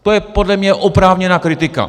To je podle mě oprávněná kritika.